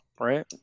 right